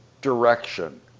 direction